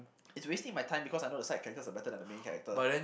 it's wasting my time because I know the side characters are better than the main character